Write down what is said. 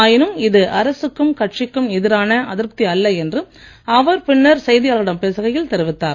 ஆயினும் இது அரசுக்கும் கட்சிக்கும் எதிரான அதிருப்தி அல்ல என்று அவர் பின்னர் செய்தியாளர்களிடம் பேசுகையில் தெரிவித்தார்